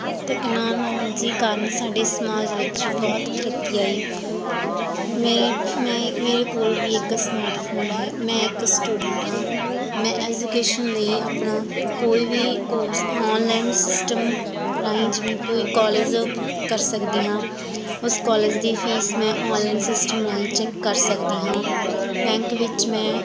technology ਕਾਰਨ ਸਾਡੇ ਸਮਾਜ ਵਿੱਚ ਬਹੁਤ ਤਰੱਕੀ ਆਈ ਮੇ ਮੈਂ ਮੇਰੇ ਕੋਲ ਵੀ ਇੱਕ ਸਮਾਰਟਫੋਨ ਹੈ ਮੈਂ ਇੱਕ ਸਟੂਡੈਂਟ ਹਾਂ ਮੈਂ ਐਜੂਕੇਸ਼ਨ ਲਈ ਆਪਣਾ ਕੋਈ ਵੀ ਕੋਰਸ ਔਨਲਾਈਨ ਸਿਸਟਮ ਰਾਹੀਂ ਜਿਵੇਂ ਕੋਈ ਕੋਲਜ ਕਰ ਸਕਦੀ ਹਾਂ ਉਸ ਕੋਲਜ ਦੀ ਫੀਸ ਮੈਂ ਔਨਲਈਨ ਸਿਸਟਮ ਰਾਹੀਂ ਚੈੱਕ ਕਰ ਸਕਦੀ ਹਾਂ ਬੈਂਕ ਵਿੱਚ ਮੈਂ